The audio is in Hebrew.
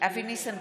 אבי ניסנקורן,